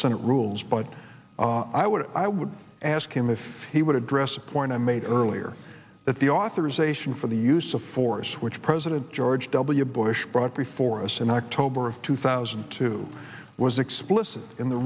senate rules but i would i would ask him if he would address a point i made earlier that the authorization for the use of force which president george w bush brought before us in october of two thousand and two was explicit in the